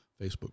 Facebook